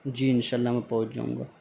جی ان شاء اللہ میں پہنچ جاؤں گا